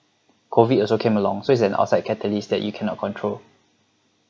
COVID also came along so it's an outside catalyst that you cannot control